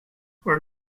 where